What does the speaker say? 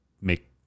make